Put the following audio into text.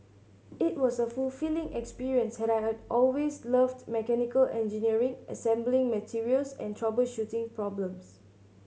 it was a fulfilling experience I had always loved mechanical engineering assembling materials and troubleshooting problems